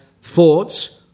thoughts